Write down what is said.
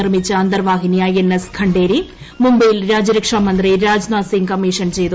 നിർമ്മിച്ച അന്തർവാഹിനി I N S Khanderi മുബൈയിൽ രാജ്യരക്ഷാമന്ത്രി രാജ്നാഥ് സിംഗ് കമ്മീഷൻ ചെയ്തു